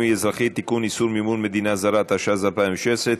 התשע"ז 2016,